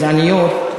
גזעניות,